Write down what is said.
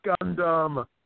Gundam